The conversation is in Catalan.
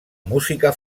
música